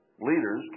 Leaders